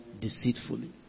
deceitfully